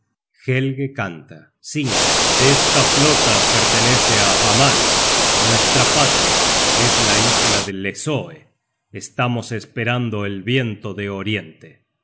vais helge canta esta flota pertenece á hamal nuestra patria es la isla de hlessoe estamos esperando el viento de oriente